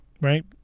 right